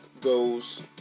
Goes